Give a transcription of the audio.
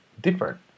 different